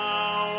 Now